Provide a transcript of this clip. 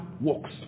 works